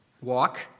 walk